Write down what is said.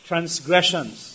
Transgressions